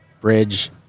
bridge